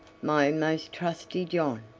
my most trusty john!